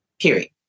period